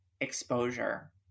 exposure